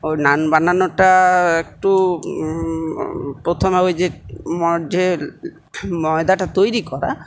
ওর নান বানানোটা একটু প্রথমে ওই যে যে ময়দাটা তৈরি করা